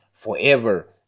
forever